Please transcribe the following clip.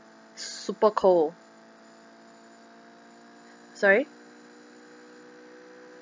super cold sorry